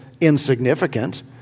insignificant